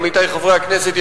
עמיתי חברי הכנסת,